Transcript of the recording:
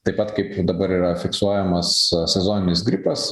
taip pat kaip dabar yra fiksuojamas sezoninis gripas